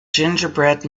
gingerbread